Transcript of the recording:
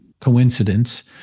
coincidence